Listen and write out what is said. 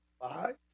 five